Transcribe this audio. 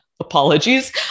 apologies